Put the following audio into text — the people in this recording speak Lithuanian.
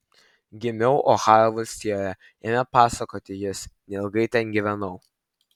gimiau ohajo valstijoje ėmė pasakoti jis neilgai ten gyvenau